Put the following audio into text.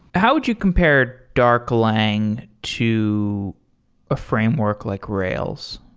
how would you compare darklang to a framework like rails?